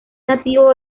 nativo